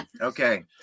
Okay